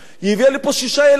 היא הביאה לפה שישה ילדים,